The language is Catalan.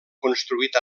construït